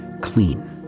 clean